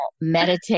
meditate